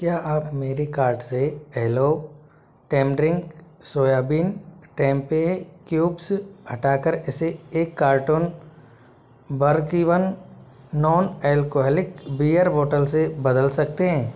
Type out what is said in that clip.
क्या आप मेरे कार्ट से येलो टेम्ड्रिंक सोयाबीन टेम्पेह क्यूब्स हटाकर इसे एक कार्टन बर्क even non alcoholic beer bottle से बदल सकते हैं